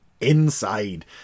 inside